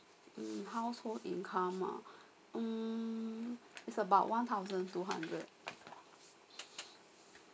mm household income ah um it's about one thousand two hundred